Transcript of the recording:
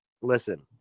Listen